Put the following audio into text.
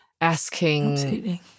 asking